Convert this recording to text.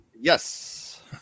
Yes